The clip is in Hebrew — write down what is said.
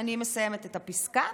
אני מסיימת את הפסקה.